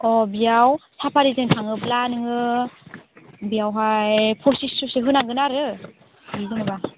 अ बियाव साफारिजों थाङोब्ला नोङो बेवहाय पसिस'सो होनांगोन आरो बिदि जेन'बा